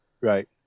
Right